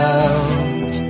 out